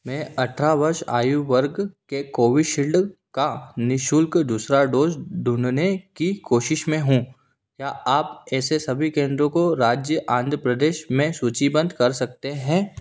मैं अठारह वर्ष आयु वर्ग के कोविशील्ड का निशुल्क दूसरी डोज़ ढूँढने की कोशिश में हूँ क्या आप ऐसे सभी केंद्रों को राज्य आंध्र प्रदेश में सूचिबद्ध कर सकते हैं